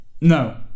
No